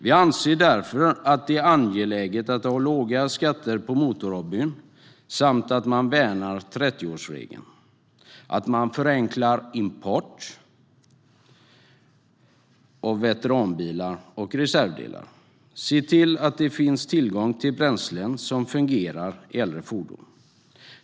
Vi anser därför att det är angeläget att ha låga skatter på motorhobby, att värna 30-årsregeln, att förenkla import av veteranbilar och reservdelar och att se till att det finns tillgång till bränslen som fungerar i äldre fordon.